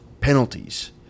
penalties